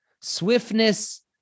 Swiftness